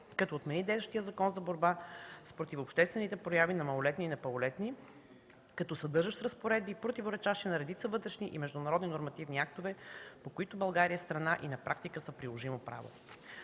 като отмени действащия Закон за борба с противообществените прояви на малолетни и непълнолетни, като съдържащ разпоредби, противоречащи на редица вътрешни и международни нормативни актове, по които България е страна и на практика са приложимо право.